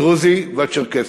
הדרוזי והצ'רקסי.